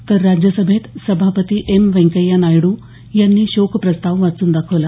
तर राज्यसभेत सभापती एम व्यंकय्या नायडू यांनी शोकप्रस्ताव वाचून दाखवला